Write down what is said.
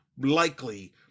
likely